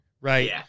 right